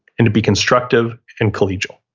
and to be constructive and collegial